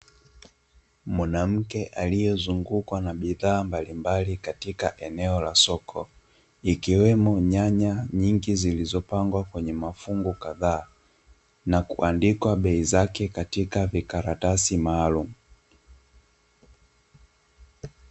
Mwanamke aliyezungukwa na bidhaa mbalimbali katika eneo la soko, ikiwemo nyanya nyingi zilizopangwa kwenye mafungu kadhaa na kuandikwa bei zake katika vikaratasi maalumu.